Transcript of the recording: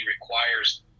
requires